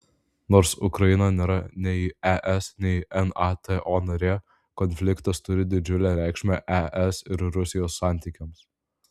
nors ukraina nėra nei es nei nato narė konfliktas turi didžiulę reikšmę es ir rusijos santykiams